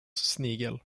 snigel